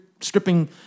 stripping